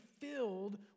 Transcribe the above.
filled